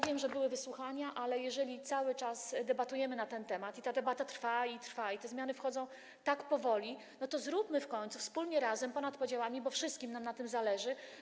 Wiem, że były wysłuchania, ale jeżeli cały czas debatujemy na ten temat i ta debata trwa i trwa, a te zmiany wchodzą tak powoli, to zróbmy w końcu coś wspólnie, ponad podziałami, bo wszystkim nam na tym zależy.